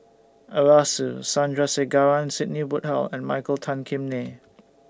Arasu Sandrasegaran Sidney Woodhull and Michael Tan Kim Nei